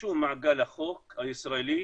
שהוא מעגל החוק הישראלי,